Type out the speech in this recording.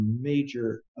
major